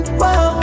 whoa